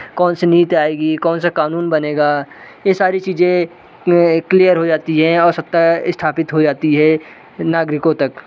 कौन सी नीति आएगी कौन सा कानून बनेगा ये सारी चीजें क्लियर हो जाती है और सत्ता स्थापित हो जाती है नागरिकों तक